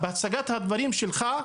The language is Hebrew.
בהצגת הדברים שלך,